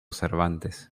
cervantes